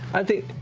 i think.